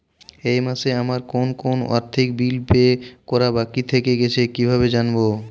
এই মাসে আমার কোন কোন আর্থিক বিল পে করা বাকী থেকে গেছে কীভাবে জানব?